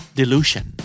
delusion